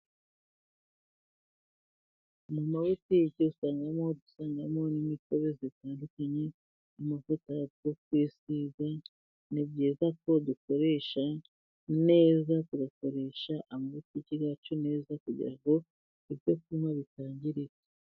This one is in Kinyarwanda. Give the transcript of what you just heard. Mu mabutike dusangamo n'imitobebe itandukanye, amavuta yo kwisiga, ni byiza ko dukoresha neza amabutiki yacu neza kugira ngo ibyo kunywa bitangirika.